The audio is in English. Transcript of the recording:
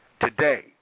today